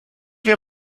wir